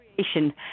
creation